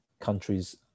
countries